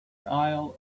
nile